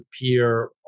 appear